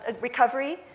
recovery